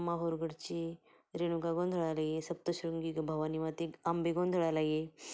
माहूरगडची रेणुका गोंधळाला ये सप्तशृंगी भवानीमाते अंबे गोंधळाला ये